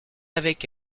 avec